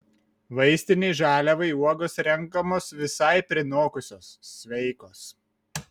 vaistinei žaliavai uogos renkamos visai prinokusios sveikos